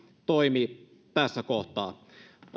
toimi tässä kohtaa